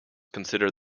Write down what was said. consider